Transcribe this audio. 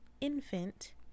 infant